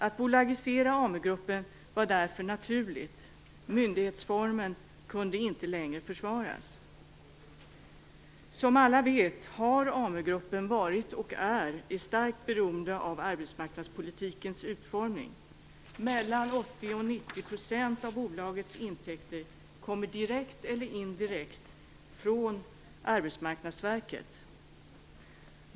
Att bolagisera Amu-gruppen var därför naturligt. Myndighetsformen kunde inte längre försvaras. Som alla vet har Amu-gruppen varit, och är, starkt beroende av arbetsmarknadspolitikens utformning. 80-90 % av bolagets intäkter kommer direkt eller indirekt från Arbetsmarknadsverket.